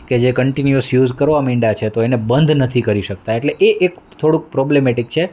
કે જે continuous use કરવા મંડ્યા છે તો એને બંધ નથી કરી શકતા એટલે એ એક થોડુંક પ્રોબ્લેમેટિક છે